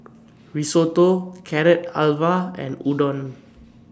Risotto Carrot Halwa and Udon